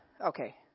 okay